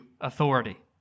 authority